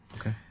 Okay